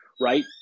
right